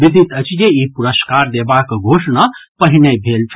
विदित अछि जे ई पुरस्कार देबाक घोषणा पहिनहि भेल छल